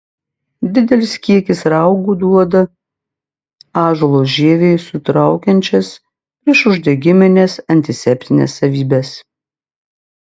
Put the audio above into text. didelis kiekis raugų duoda ąžuolo žievei sutraukiančias priešuždegimines antiseptines savybes